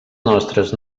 nostres